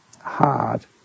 hard